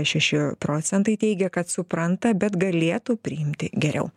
šeši procentai teigia kad supranta bet galėtų priimti geriau